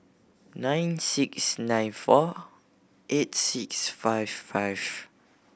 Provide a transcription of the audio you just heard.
nine six nine four eight six five five